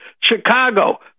Chicago